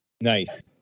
Nice